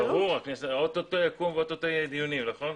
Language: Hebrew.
אוטוטו יהיו דיונים, נכון?